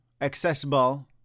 accessible